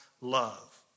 love